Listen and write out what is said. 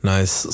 Nice